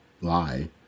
lie